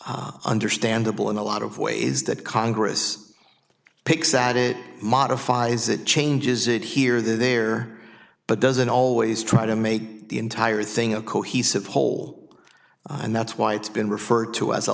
not understandable in a lot of ways that congress picks out it modifies it changes it here or there but doesn't always try to make the entire thing a cohesive whole and that's why it's been referred to as a